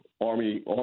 Army